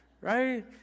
right